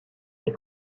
les